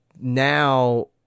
now